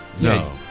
No